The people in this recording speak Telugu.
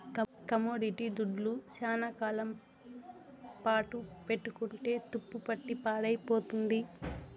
కమోడిటీ దుడ్లు శ్యానా కాలం పాటు పెట్టుకుంటే తుప్పుపట్టి పాడైపోతుంది